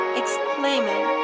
exclaiming